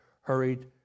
hurried